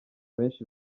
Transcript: benshi